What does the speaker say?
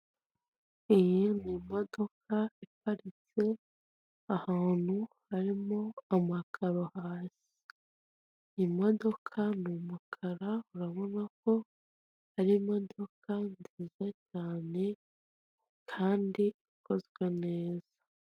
Iyi ni imodoka iparitse ahantu harimo amakaro hasi imodoka ni mukara urabona ko ari imodoka nziza cyane kandi ikozwe neza.